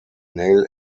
nail